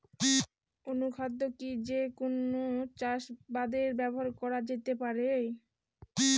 অনুখাদ্য কি যে কোন চাষাবাদে ব্যবহার করা যেতে পারে?